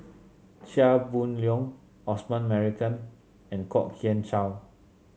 Chia Boon Leong Osman Merican and Kwok Kian Chow